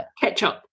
ketchup